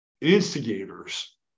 instigators